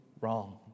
wrong